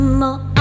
more